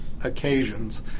occasions